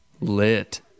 lit